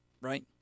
right